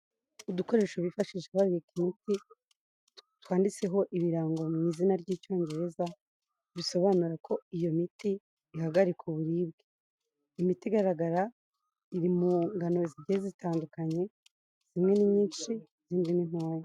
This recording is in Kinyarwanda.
Udukoresho bifashisha babika imiti, twanditseho ibirango mu izina ry'Icyongereza, bisobanura ko iyo miti ihagarika uburibwe. Imiti igaragara iri mu ngano zigiye zitandukanye zimwe ni nyinsh izindi ntoya.